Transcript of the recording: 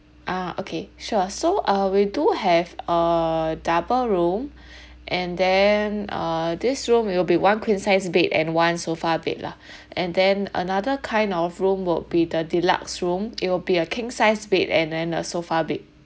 ah okay sure so uh we do have a double room and then uh this room it'll will be one queen size bed and one sofa bed lah and then another kind of room will be the deluxe room it'll be a king size bed and then a sofa bed